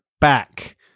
back